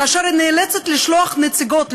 כאשר היא נאלצת לשלוח נציגות,